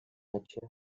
maçı